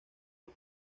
los